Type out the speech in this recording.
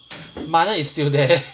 manam is still there